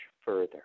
further